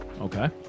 Okay